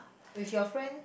with your friend